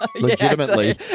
Legitimately